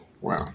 Wow